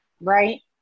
right